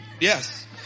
Yes